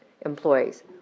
employees